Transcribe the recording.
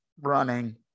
running